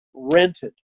rented